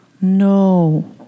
No